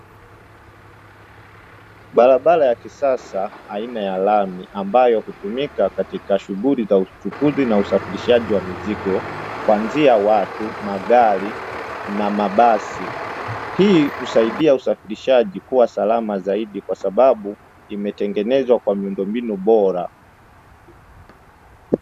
Barabara ya kisasa aina ya lami, ambayo hutumika katika shughuli za uchukuzi na usafirishaji wa mizigo, kuanzia watu, magari na mabasi. Hii husaidia usafirishaji kuwa salama zaidi kwa sababu imetengenezwa kwa miundombinu bora.